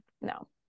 no